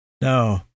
No